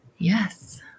Yes